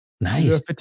Nice